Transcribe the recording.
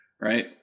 Right